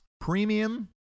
premium